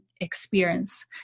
experience